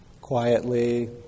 quietly